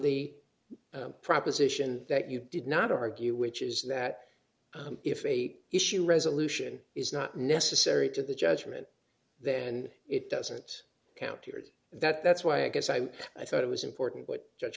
the proposition that you did not argue which is that if a issue resolution is not necessary to the judgment then it doesn't count toward that that's why i guess i thought it was important what judge